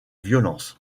violence